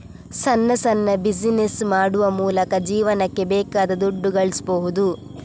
ಸಣ್ಣ ಸಣ್ಣ ಬಿಸಿನೆಸ್ ಮಾಡುವ ಮೂಲಕ ಜೀವನಕ್ಕೆ ಬೇಕಾದ ದುಡ್ಡು ಗಳಿಸ್ಬಹುದು